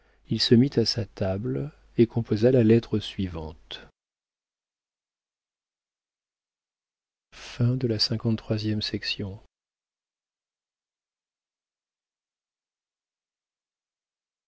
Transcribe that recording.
il se mit à sa table et composa la lettre suivante